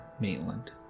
Maitland